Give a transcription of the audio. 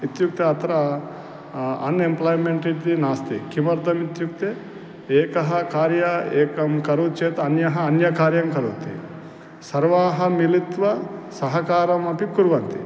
इत्युक्ते अत्र अनेम्प्लोय्मेण्ट् इति नास्ति किमर्थम् इत्युक्ते एकः कार्यः एकः करोति चेत् अन्यः अन्यः कार्यं करोति सर्वे मिलित्वा सहकारमपि कुर्वन्ति